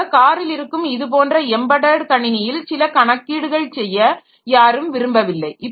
ஆக காரில் இருக்கும் இதுபோன்ற எம்படட் கணினியில் சில கணக்கீடுகள் செய்ய யாரும் விரும்புவதில்லை